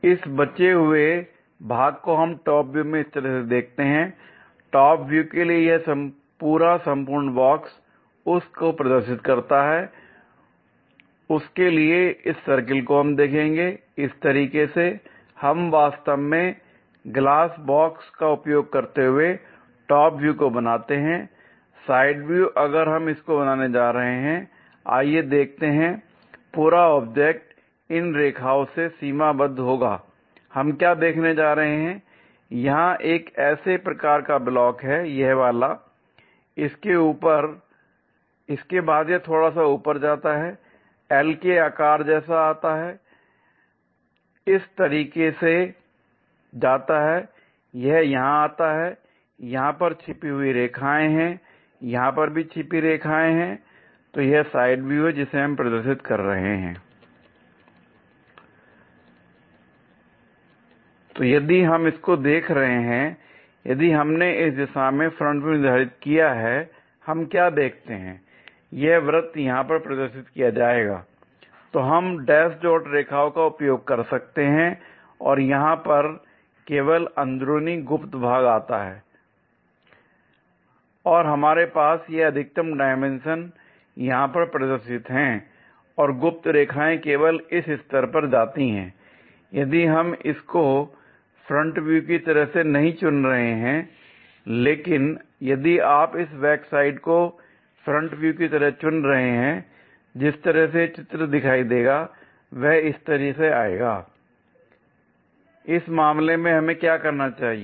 और इस बचे हुए भाग को हम टॉप व्यू में इस तरह से देखते है टॉप व्यू के लिए यह पूरा संपूर्ण ब्लॉक उस को प्रदर्शित करता है उसके लिए इस सर्किल को हम देखेंगे l इस तरीके से हम वास्तव में ग्लास बॉक्स का उपयोग करते हुए टॉप व्यू को बनाते हैं l साइड व्यू अगर हम इसको बनाने जा रहे हैं आइए देखते हैं यह पूरा ऑब्जेक्ट इन रेखाओं से सीमाबद्ध होगा l हम क्या देखने जा रहे हैं यहां यह एक ऐसे प्रकार का ब्लॉक है यह वाला इसके बाद यह थोड़ा सा ऊपर जाता है L के आकार जैसा आता है इस तरीके से जाता है और यह यहां आता है l यहां पर छिपी हुई रेखाएं हैं और यहां पर भी छिपी रेखाएं हैं l तो यह साइड व्यू है जिसे हम प्रदर्शित कर रहे हैं l तो यदि हम इसको देख रहे हैं यदि हमने इस दिशा में फ्रंट व्यू निर्धारित किया है हम क्या देखते हैं यह वृत्त यहां पर प्रदर्शित किया जाएगा l तो हम डैश डॉट रेखाओं का उपयोग कर सकते हैं और यहां पर केवल अंदरूनी गुप्त भाग आता है l और हमारे पास यह अधिकतम डायमेंशन यहां पर प्रदर्शित हैं और गुप्त रेखाएं केवल इस स्तर पर जाती हैं l यदि हम इसको फ्रंट व्यू की तरह से नहीं चुन रहे हैं लेकिन यदि आप इस बैकसाइड को फ्रंट व्यू की तरह चुन रहे हैं जिस तरह से यह चित्र दिखाई देगा वह इस तरह से आएगा l इस मामले में हमें क्या करना चाहिए